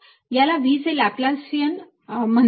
याला V चे Laplacian म्हणतात